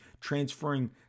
transferring